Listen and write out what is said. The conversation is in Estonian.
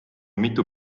mitu